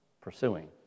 pursuing